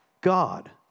God